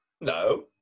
No